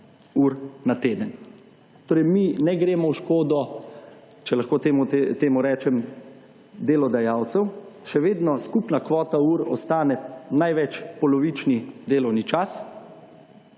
na teden. Torej mi ne gremo v škodo, če lahko temu rečem delodajalcev, še vedno skupna kvota ur ostane največ polovični delovni čas.